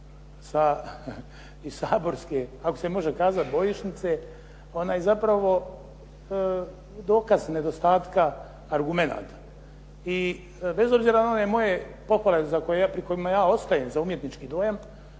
iz saborske ako se može kazati bojišnice, ona je zapravo dokaz nedostatka argumenata i bez obzira na one moje pohvale pri kojima ja ostajem za umjetnički dojam